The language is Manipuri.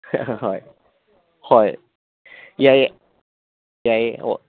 ꯍꯣꯏ ꯍꯣꯏ ꯌꯥꯏꯌꯦ ꯌꯥꯏꯌꯦ ꯑꯣ